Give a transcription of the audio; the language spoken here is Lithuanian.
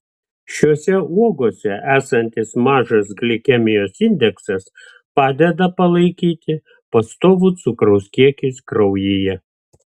šiose uogose esantis mažas glikemijos indeksas padeda palaikyti pastovų cukraus kiekį kraujyje